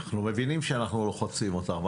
אנחנו מבינים שאנחנו לוחצים אותם.